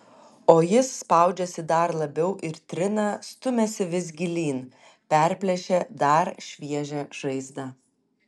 o jis spaudžiasi dar labiau ir trina stumiasi vis gilyn perplėšia dar šviežią žaizdą